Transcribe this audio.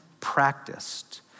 practiced